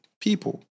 people